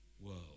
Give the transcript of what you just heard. world